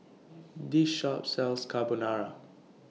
This Shop sells Carbonara